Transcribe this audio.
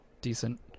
decent